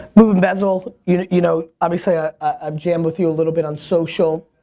moveandbezel, you know, you know obviously ah i've jammed with you a little bit on social.